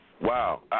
Wow